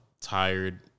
tired